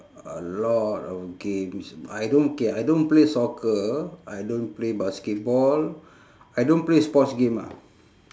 a lot of games I don't K I don't play soccer I don't play basketball I don't play sports game ah